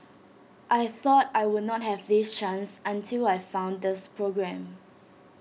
I thought I would not have this chance until I found this programme